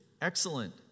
excellent